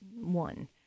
one